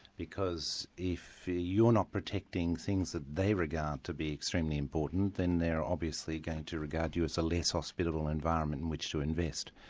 because if you're not protecting things that they regard to be extremely important, then they're obviously going to regard you as a less hospitable environment in which to invest.